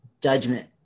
judgment